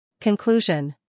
Conclusion